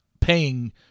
paying